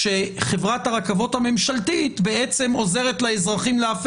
חברת הרכבות הממשלתית בעצם עוזרת לאזרחים להפר